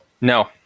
No